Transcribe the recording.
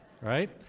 right